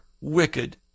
wicked